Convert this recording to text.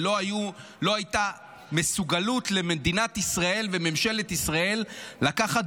שלא הייתה מסוגלות למדינת ישראל וממשלת ישראל לקחת